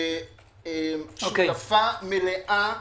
שותפה מלאה.